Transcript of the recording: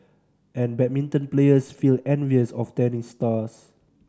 and badminton players feel envious of tennis stars